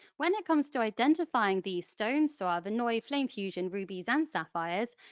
when it comes to identifying these stones, so our verneuil flame fusion rubies and sapphires,